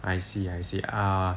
I see I see err